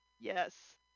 Yes